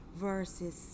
verses